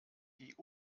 die